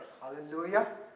Hallelujah